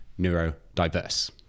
neurodiverse